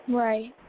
right